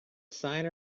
sign